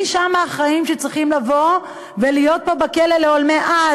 מי שם האחראים שצריכים לבוא ולהיות פה בכלא לעולמי עד,